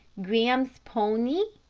graham's pony.